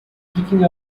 picking